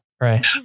Right